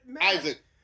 Isaac